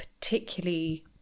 particularly